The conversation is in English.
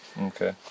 Okay